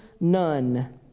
none